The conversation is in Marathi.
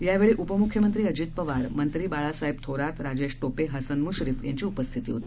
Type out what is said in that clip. यावेळी उपमुख्यमंत्री अजित पवार मंत्री बाळासाहेब थोरात राजेश टोपे हसन मुश्रीफ यांची उपस्थिती होती